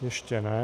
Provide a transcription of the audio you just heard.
Ještě ne....